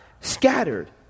scattered